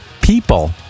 people